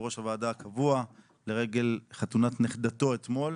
ראש הוועדה הקבוע לרגל חתונת נכדתו אתמול.